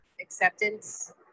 acceptance